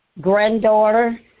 granddaughter